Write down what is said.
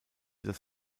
das